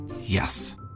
Yes